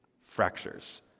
fractures